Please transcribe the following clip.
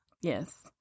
yes